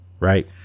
Right